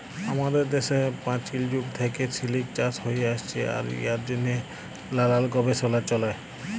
আমাদের দ্যাশে পাচীল যুগ থ্যাইকে সিলিক চাষ হ্যঁয়ে আইসছে আর ইয়ার জ্যনহে লালাল গবেষলা চ্যলে